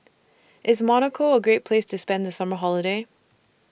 IS Monaco A Great Place to spend The Summer Holiday